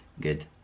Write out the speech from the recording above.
Good